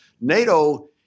NATO